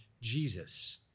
Jesus